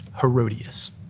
Herodias